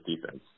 defense